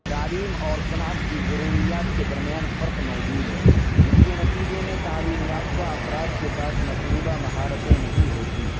تعلیم اور صنعت کی ضروریات کے درمیان فرق موجود ہے جس کے نتیجے میں تعلیم یافتہ افراد کے پاس مطلوبہ مہارتیں نہیں ہوتی